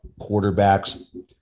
quarterbacks